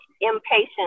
impatient